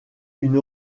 une